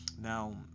now